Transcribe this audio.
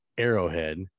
Arrowhead